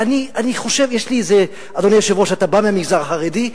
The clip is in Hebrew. אני חושב, אדוני היושב-ראש, אתה בא מהמגזר החרדי?